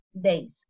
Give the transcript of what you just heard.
days